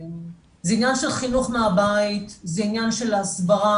זה עניין של חינוך מהבית, זה עניין של הסברה,